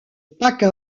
pâques